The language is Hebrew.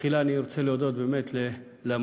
תחילה אני רוצה להודות באמת למובילים,